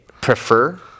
prefer